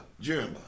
Jeremiah